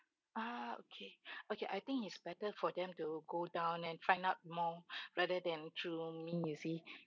ah okay okay I think it's better for them to go down and find out more rather than through me you see